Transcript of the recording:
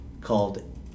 called